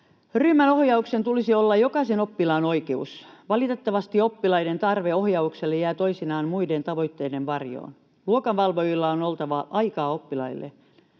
Ryhmäohjauksen tulisi olla jokaisen oppilaan oikeus. Valitettavasti oppilaiden tarve ohjaukselle jää toisinaan muiden tavoitteiden varjoon. Luokanvalvojilla on oltava aikaa oppilaille.